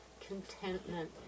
contentment